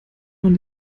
man